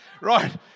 Right